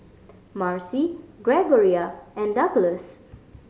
Marcy Gregoria and Douglass